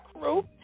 crew